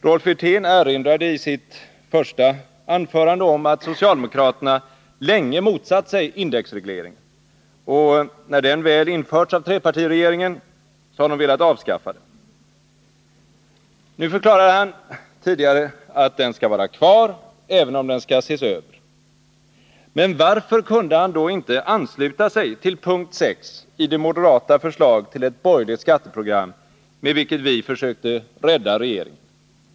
Rolf Wirtén erinrade i sitt första anförande om att socialdemokraterna länge motsatt sig indexregleringen och att de, när indexregleringen väl införts av trepartiregeringen, har velat avskaffa den. Nu förklarade han här att den skall vara kvar, även om den skall ses över. Varför kunde han då inte ansluta sig till p. 6 i det moderata förslag till ett borgerligt skatteprogram med vilket vi försökte rädda regeringen?